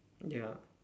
ya